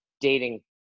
dating